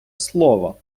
слово